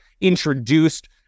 introduced